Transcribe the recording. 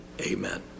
amen